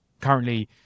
currently